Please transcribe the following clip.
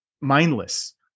mindless